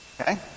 okay